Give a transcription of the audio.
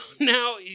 now